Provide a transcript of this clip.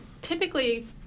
typically